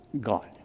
God